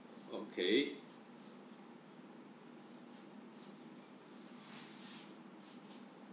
okay